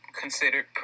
considered